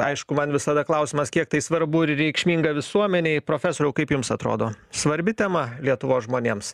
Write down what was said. aišku man visada klausimas kiek tai svarbu ir reikšminga visuomenei profesoriau kaip jums atrodo svarbi tema lietuvos žmonėms